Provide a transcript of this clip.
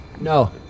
No